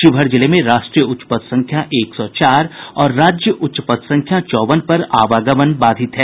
शिवहर जिले में राष्ट्रीय उच्च पथ संख्या एक सौ चार और राज्य उच्च पथ संख्या चौवन पर आवागमन बाधित है